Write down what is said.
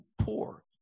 poor